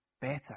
better